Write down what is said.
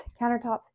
countertops